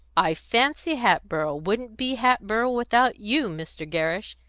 i fancy hatboro' wouldn't be hatboro' without you, mr. gerrish!